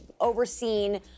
overseen